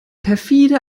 perfide